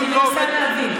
אני מנסה להבין.